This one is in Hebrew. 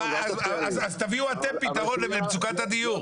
אז תביאו אתם פתרון למצוקת הדיור.